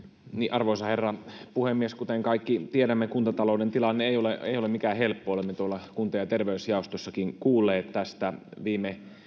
arvoisa herra puhemies kuten kaikki tiedämme kuntatalouden tilanne ei ole mikään helppo olemme tuolla kunta ja terveysjaostossakin kuulleet tästä viime